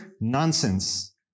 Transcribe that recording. nonsense